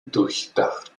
durchdacht